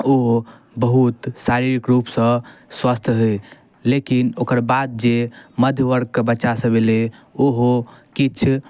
ओ बहुत शारीरिक रूपसँ स्वस्थ रहै लेकिन ओकर बाद जे मध्यवर्गके बच्चासब अएलै ओहो किछु